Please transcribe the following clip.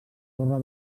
sorra